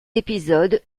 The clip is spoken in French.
épisode